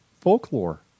folklore